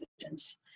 evidence